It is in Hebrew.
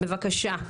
בבקשה.